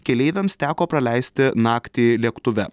keleiviams teko praleisti naktį lėktuve